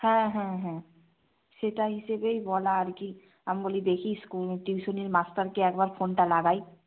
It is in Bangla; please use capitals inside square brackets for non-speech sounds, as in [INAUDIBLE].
হ্যাঁ হ্যাঁ হ্যাঁ সেটা হিসেবেই বলা আর কি আমি বলি দেখি [UNINTELLIGIBLE] টিউশনের মাস্টারকে একবার ফোনটা লাগাই